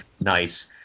Nice